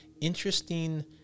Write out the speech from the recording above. interesting